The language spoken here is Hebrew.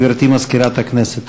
גברתי, מזכירת הכנסת.